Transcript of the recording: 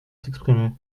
s’exprimer